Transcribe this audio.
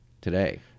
today